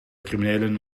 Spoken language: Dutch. criminelen